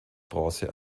bronze